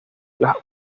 las